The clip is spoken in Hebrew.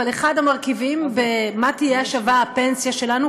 אבל אחד המרכיבים במה תהיה שווה הפנסיה שלנו,